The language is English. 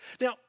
Now